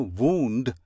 wound